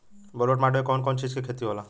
ब्लुअट माटी में कौन कौनचीज के खेती होला?